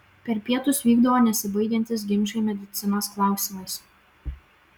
per pietus vykdavo nesibaigiantys ginčai medicinos klausimais